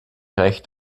recht